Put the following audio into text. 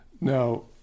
Now